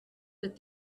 with